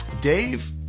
Dave